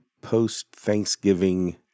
post-Thanksgiving